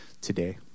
today